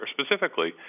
Specifically